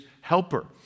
helper